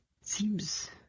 seems